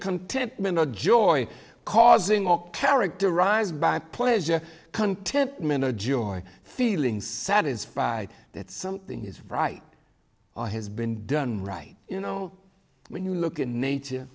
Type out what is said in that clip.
contentment or joy causing or characterized by pleasure content mina joy feeling satisfied that something is right or has been done right you know when you look at nature